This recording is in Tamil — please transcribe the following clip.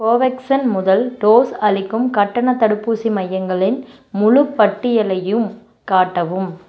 கோவேக்சின் முதல் டோஸ் அளிக்கும் கட்டணத் தடுப்பூசி மையங்களின் முழுப்பட்டியலையும் காட்டவும்